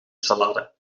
salade